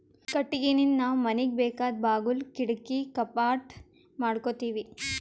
ಕಟ್ಟಿಗಿನಿಂದ್ ನಾವ್ ಮನಿಗ್ ಬೇಕಾದ್ ಬಾಗುಲ್ ಕಿಡಕಿ ಕಪಾಟ್ ಮಾಡಕೋತೀವಿ